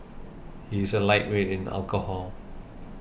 he's a lightweight in alcohol